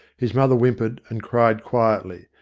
his mother whimpered and cried quietly.